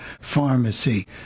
Pharmacy